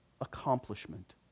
accomplishment